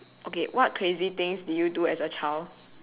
okay what crazy things did you do as a child